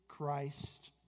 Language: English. Christ